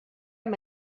amb